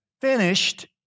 Finished